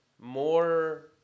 more